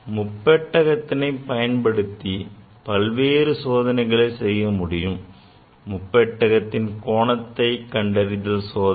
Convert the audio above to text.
முப்பட்டகத்தினை பயன்படுத்தி பல்வேறு சோதனைகள் செய்ய முடியும் முப்பட்டகத்தின் கோணத்தை கண்டறிதல் சோதனை